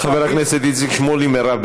חבר הכנסת איציק שמולי ומרב,